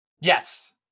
Yes